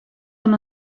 van